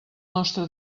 nostre